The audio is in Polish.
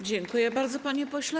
Dziękuję bardzo, panie pośle.